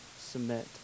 submit